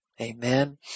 Amen